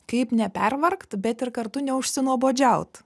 kaip nepervargt bet ir kartu neužsinuobodžiaut